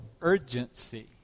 urgency